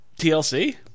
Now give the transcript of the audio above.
TLC